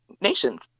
nations